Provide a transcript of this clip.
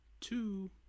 two